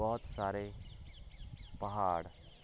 ਬਹੁਤ ਸਾਰੇ ਪਹਾੜ